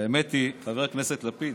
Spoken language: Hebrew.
האמת היא, חבר הכנסת לפיד,